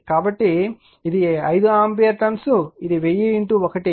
కాబట్టి ఇది 5 ampere turns ఇది 1000 1